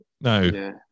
no